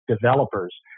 developers